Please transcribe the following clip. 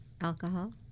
alcohol